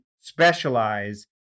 specialize